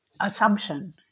assumption